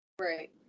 Right